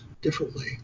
differently